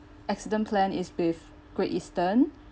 accident plan is with great eastern